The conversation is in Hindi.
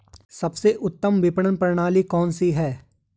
सबसे उत्तम विपणन प्रणाली कौन सी है?